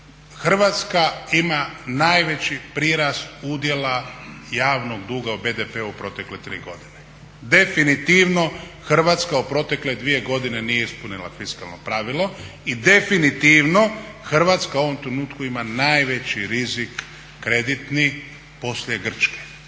Hrvatska ima najveći prirast udjela javnog duga u BDP-u protekle 3 godine. Definitivno Hrvatska u protekle 2 godine nije ispunila fiskalno pravilo i definitivno Hrvatska u ovom trenutku ima najveći rizik kreditni poslije Grčke.